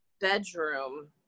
bedroom